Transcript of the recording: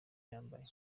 yambaye